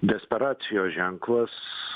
desperacijos ženklas